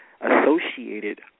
associated